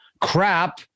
crap